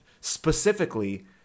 specifically